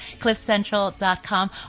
cliffcentral.com